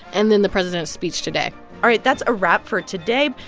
and then the president's speech today all right. that's a wrap for today.